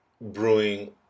brewing –